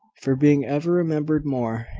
for being ever remembered more.